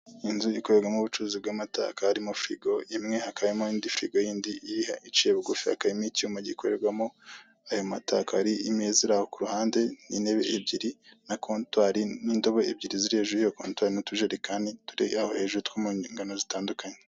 Inzu ikorerwamo ubucuruzi bw'amata akabaharimo firigo imwe, hakaba harimo n'indi firigo yindi iciye bugufi hakaba harimo icyuma gikorerwamo aya mata, hakaba hari imeza iraho kuruhande, n'intebe ebyiri, na kontwari n'indobo ebyiri ziri hejuru y'iyo kontwari n'utujerekani turi aho hejuru two mu ngano zitandukanye.